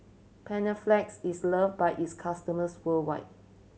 Panaflex is loved by its customers worldwide